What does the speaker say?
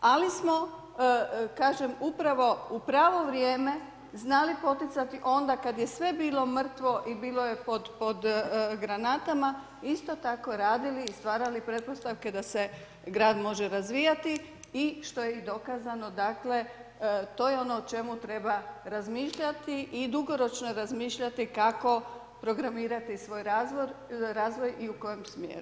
Ali, smo kažem, upravo u pravo vrijeme znali poticati onda kad je sve bilo mrtvo i bilo je pod granatama isto tako radili i stvarali pretpostavke da se grad može razvijati i što je i dokazano, dakle, to je ono o čemu treba razmišljati i dugoročno razmišljati kako programirati svoj razvoj i u kojem smjeru.